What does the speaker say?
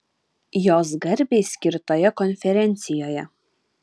jos garbei skirtoje konferencijoje